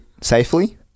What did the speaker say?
safely